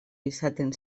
izaten